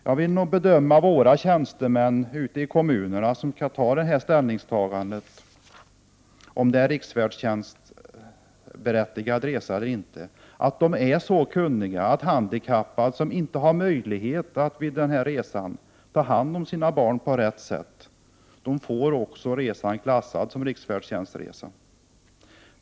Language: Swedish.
Jag bedömer att våra tjänstemän ute i kommunerna som skall ta hänsyn till om resa med riksfärdtjänsten är bidragsberättigad eller inte, är så kunniga att handikappad som inte har möjlighet att vid resan ta hand om sina barn på rätt sätt, får resan klassad som riksfärdtjänstresa.